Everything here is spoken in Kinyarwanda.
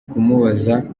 kumubaza